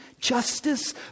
justice